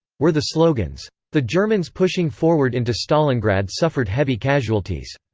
were the slogans. the germans pushing forward into stalingrad suffered heavy casualties.